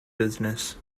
business